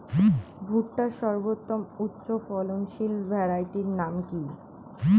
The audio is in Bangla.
ভুট্টার সর্বোত্তম উচ্চফলনশীল ভ্যারাইটির নাম কি?